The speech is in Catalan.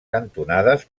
cantonades